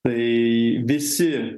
tai visi